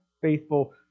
faithful